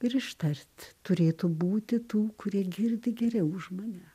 ir ištart turėtų būti tų kurie girdi geriau už mane